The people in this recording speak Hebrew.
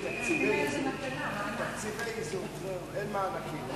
חבר הכנסת סוייד, תקציבי איזון ולא מענקי איזון.